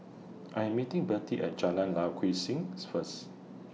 I Am meeting Bette At Jalan Lye Kwee Things First